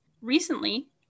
Recently